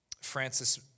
Francis